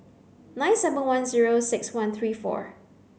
nine seven one zero six one three four